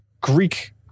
greek